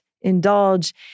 indulge